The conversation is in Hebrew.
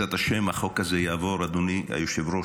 ובעזרת השם, החוק הזה יעבור, אדוני היושב-ראש,